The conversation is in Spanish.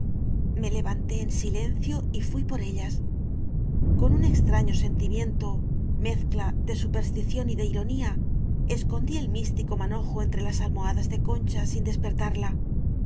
me levanté en silencio y fui por ellas con un extraño sentimiento mezcla de superstición y de ironía escondí el místico manojo entre las almohadas de concha sin despertarla